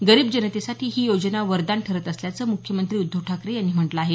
गरीब जनतेसाठी ही योजना वरदान ठरत असल्याचं म्ख्यमंत्री उद्धव ठाकरे यांनी म्हटलं आहे